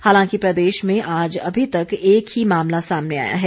हालांकि प्रदेश में आज अभी तक एक ही मामला सामने आया है